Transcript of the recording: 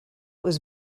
was